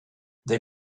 they